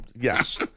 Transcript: yes